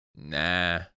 Nah